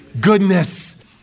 goodness